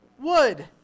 wood